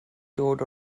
dod